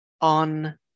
on